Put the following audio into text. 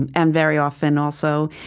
and and very often, also,